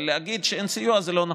אבל להגיד שאין סיוע זה לא נכון,